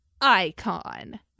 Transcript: icon